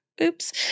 Oops